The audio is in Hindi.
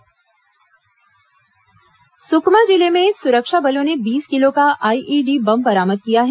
आईईडी बरामद सुकमा जिले में सुरक्षा बलों ने बीस किलो का आईईडी बम बरामद किया है